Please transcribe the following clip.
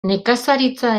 nekazaritza